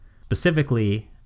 specifically